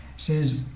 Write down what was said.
Says